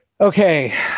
Okay